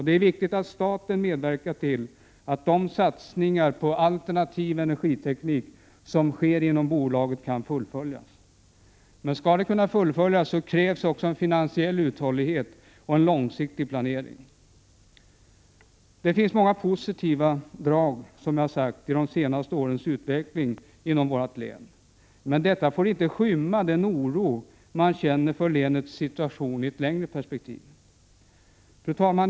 Det är viktigt att staten medverkar till att satsningarna på alternativ energiteknik som sker inom bolaget kan fullföljas. Skall de kunna fullföljas, krävs också en finansiell uthållighet och en långsiktig planering. Som jag sade finns det många positiva drag i de senaste årens utveckling inom vårt län. Men det får inte skymma den oro man känner för länets situation i ett längre perspektiv. Fru talman!